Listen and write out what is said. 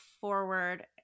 forward